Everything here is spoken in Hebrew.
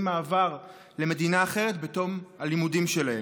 מעבר למדינה אחרת בתום הלימודים שלהם.